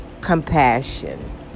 compassion